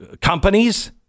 companies